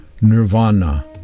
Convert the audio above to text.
nirvana